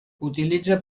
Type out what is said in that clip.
utilitza